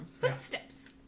Footsteps